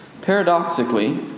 Paradoxically